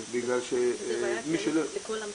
זו בעיה שקיימת בכל המשרדים.